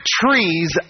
trees